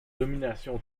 domination